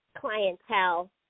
clientele